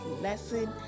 lesson